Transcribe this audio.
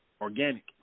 organic